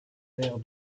l’air